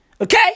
Okay